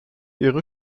ihre